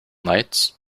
lights